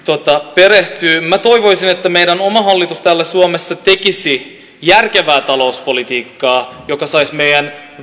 perehtyä minä toivoisin että meidän oma hallitus täällä suomessa tekisi järkevää talouspolitiikkaa joka saisi meidän